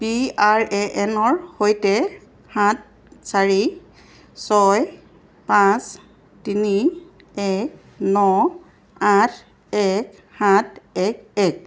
P R A এনৰ হৈছে সাত চাৰি ছয় পাঁচ তিনি এক ন আঠ এক সাত এক এক